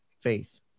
faith